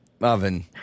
oven